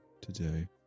today